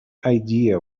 idea